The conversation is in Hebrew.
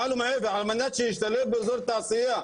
מעל ומעבר על מנת שישתלב באזור תעשייה,